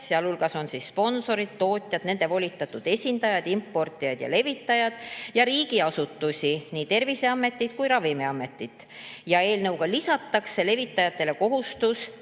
seal hulgas on sponsorid, tootjad, nende volitatud esindajad, importijad ja levitajad – ja riigiasutusi, nii Terviseametit kui ka Ravimiametit. Eelnõuga lisatakse levitajatele kohustus